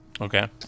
Okay